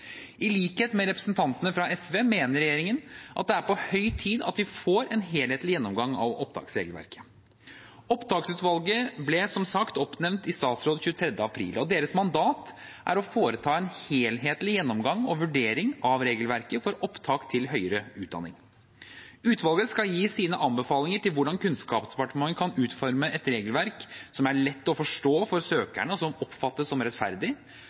I likhet med representantene fra SV mener regjeringen det er på høy tid at vi får en helhetlig gjennomgang av opptaksregelverket. Opptaksutvalget ble som sagt oppnevnt i statsråd 23. april, og deres mandat er å foreta en helhetlig gjennomgang og vurdering av regelverket for opptak til høyere utdanning. Utvalget skal gi sine anbefalinger til hvordan Kunnskapsdepartementet kan utforme et regelverk som er lett å forstå for søkerne, og som oppfattes som rettferdig